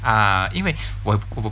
ah 因为我我我